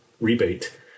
rebate